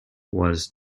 was